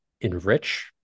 enrich